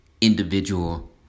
individual